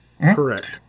Correct